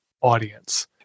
audience